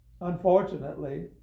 unfortunately